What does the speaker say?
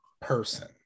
person